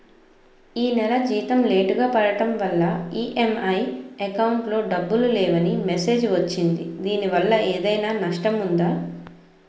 ఈ నెల జీతం లేటుగా పడటం వల్ల ఇ.ఎం.ఐ అకౌంట్ లో డబ్బులు లేవని మెసేజ్ వచ్చిందిదీనివల్ల ఏదైనా నష్టం ఉందా?